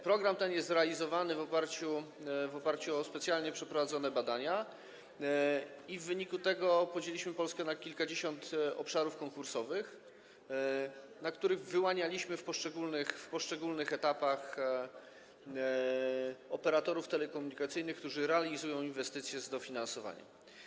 Program ten jest realizowany w oparciu o specjalnie przeprowadzone badania i w wyniku tego podzieliliśmy Polskę na kilkadziesiąt obszarów konkursowych, na których wyłanialiśmy w poszczególnych etapach operatorów telekomunikacyjnych, którzy realizują inwestycje z dofinansowania.